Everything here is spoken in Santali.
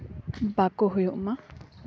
ᱵᱟᱠᱚ ᱦᱩᱭᱩᱜ ᱢᱟ